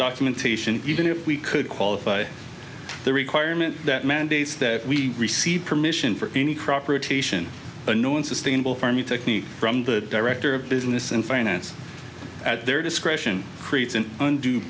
documentation even if we could qualify the requirement that mandates that we receive permission for any crop rotation annoying sustainable farming technique from the director of business in finance at their discretion